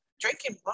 drinking